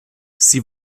sie